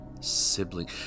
Sibling